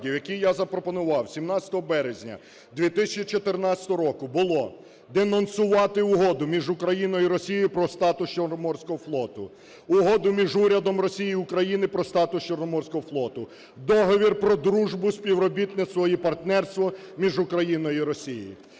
які я запропонував 17 березня 2014 року, було денонсувати Угоду між Україною і Росією про статус Чорноморського флоту, Угоду між урядом Росії і України про статус Чорноморського флоту, Договір про дружбу, співробітництво і партнерство між Україною і Росією.